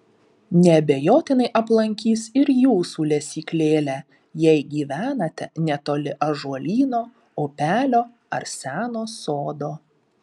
neabejotinai aplankys ir jūsų lesyklėlę jei gyvenate netoli ąžuolyno upelio ar seno sodo